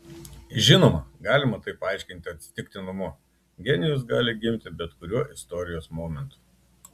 žinoma galima tai paaiškinti atsitiktinumu genijus gali gimti bet kuriuo istorijos momentu